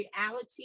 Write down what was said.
reality